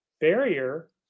barrier